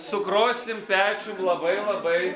su krosnim pečium labai labai